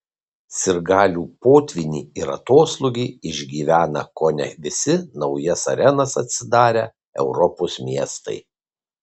sirgalių potvynį ir atoslūgį išgyvena kone visi naujas arenas atsidarę europos miestai